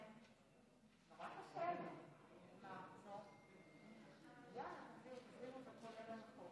חוק הארכת תקופות (הוראת שעה, נגיף הקורונה החדש)